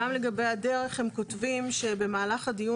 גם לגבי הדרך הם כותבים שבמהלך הדיון